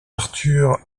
arthur